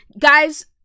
guys